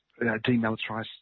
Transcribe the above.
demilitarised